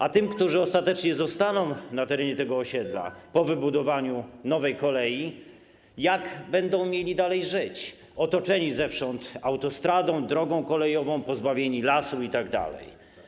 A tym, którzy ostatecznie zostaną na terenie tego osiedla po wybudowania nowej kolei, niech pan wytłumaczy, jak będą mieli dalej żyć otoczni zewsząd autostradą, drogą kolejową, pozbawieni lasu itd.